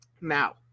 Now